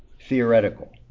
theoretical